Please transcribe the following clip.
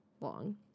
long